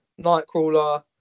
Nightcrawler